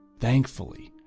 thankfully,